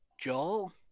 Joel